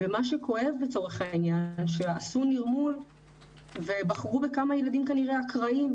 ומה שעוד כואב בזה זה שעשו נירמול ובחרו כנראה בכמה ילדים אקראיים.